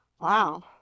Wow